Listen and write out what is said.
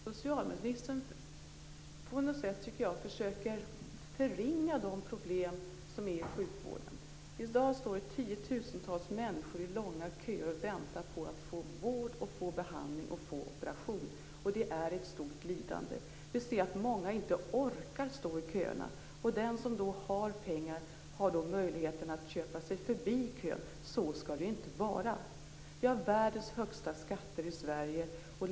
Fru talman! Socialministern försöker att förringa de problem som finns i sjukvården. I dag står tiotusentals människor i långa köer och väntar på att få vård, behandling och operation. Det är ett stort lidande. Många orkar inte stå i köerna, och den som har pengar har då möjligheten att köpa sig förbi kön. Så skall det inte vara. Vi har världens högsta skatter i Sverige.